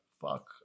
fuck